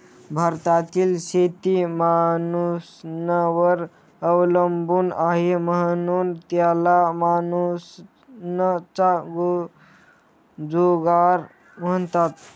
भारताची शेती मान्सूनवर अवलंबून आहे, म्हणून त्याला मान्सूनचा जुगार म्हणतात